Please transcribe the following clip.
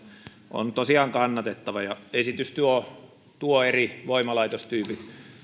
on tosiaan kannatettava esitys tuo tuo eri voimalaitostyypit